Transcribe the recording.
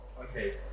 Okay